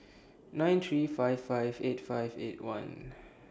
nine three five five eight five eight one